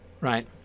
right